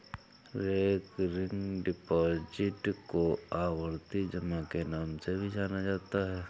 recurring deposit को आवर्ती जमा के नाम से भी जाना जाता है